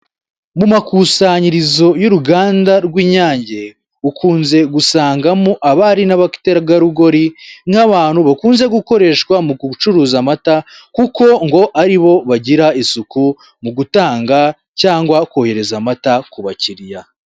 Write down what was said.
Mu makusanyirizo y'uruganda rw'inyange ukunze gusangamo abari n'abategarugori nk'abantu bakunze gukoreshwa mu gucuruza amata, kuko ngo ari bo bagira isuku mu gutanga cyangwa kohereza amata ku bakiriya.